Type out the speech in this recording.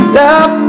love